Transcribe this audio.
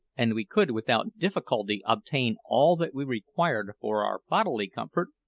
and we could without difficulty obtain all that we required for our bodily comfort,